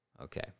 okay